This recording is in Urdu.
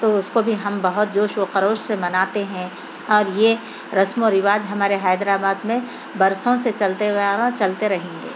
تو اُس کو بھی ہم بہت جوش و خروش سے مناتے ہیں اور یہ رسم و رواج ہمارے حیدرآباد میں برسوں سے چلتے ہوئے آ رہا چلتے رہیں گے